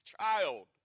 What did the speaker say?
child